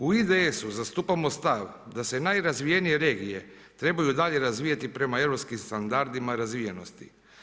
U IDS-u zastupamo stav da se najrazvijenije regije trebaju dalje razvijati prema europskim standardima razvijenosti.